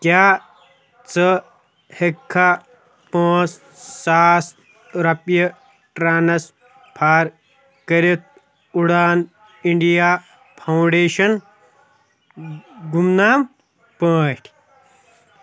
کیٚاہ ژٕ ہٮ۪کھا پانٛژھ ساس رۄپیہِ ٹرانسفر کٔرِتھ اُڑان اِنٛڈیا فاونٛڈیشنَ گُمنام پٲٹھۍ